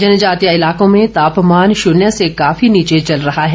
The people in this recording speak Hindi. जनजातीय इलाकों में तापमान शून्य से काफी नीचे चल रहा है